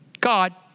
God